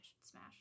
Smash